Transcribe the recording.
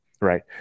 right